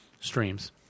streams